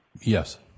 Yes